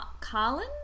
Carlin